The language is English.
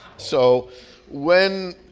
so when